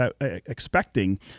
expecting